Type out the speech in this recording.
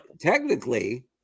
technically